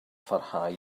pharhau